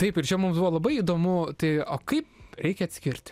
taip ir čia mums buvo labai įdomu tai o kaip reikia atskirt